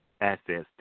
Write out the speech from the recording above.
access